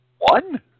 One